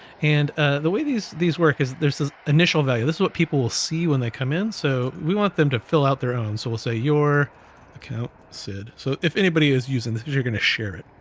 and ah the way these these work is, there's this initial value. this is what people will see when they come in. so we want them to fill out their own. so we'll say your account sid. so if anybody is using this, you're gonna share it.